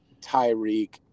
Tyreek